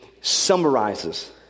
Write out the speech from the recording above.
summarizes